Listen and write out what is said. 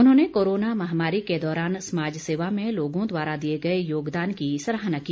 उन्होंने कोरोना महामारी के दौरान समाज सेवा में लोगों द्वारा दिए गए योगदान की सराहना की